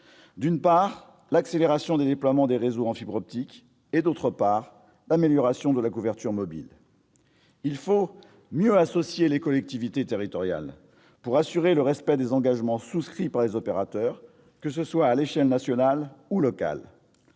d'une part, l'accélération des déploiements des réseaux en fibre optique ; d'autre part, l'amélioration de la couverture mobile. Il faut mieux associer les collectivités territoriales pour assurer le respect des engagements souscrits par les opérateurs, que ce soit à l'échelle nationale ou locale,